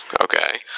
Okay